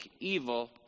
evil